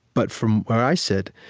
but from where i sit,